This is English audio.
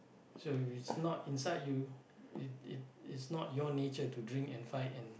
so if it's not inside you it it it's not your nature to drink and fight and